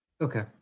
Okay